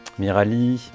Mirali